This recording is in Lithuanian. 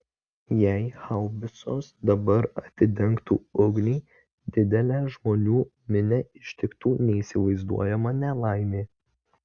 jei haubicos dabar atidengtų ugnį didelę žmonių minią ištiktų neįsivaizduojama nelaimė